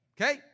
Okay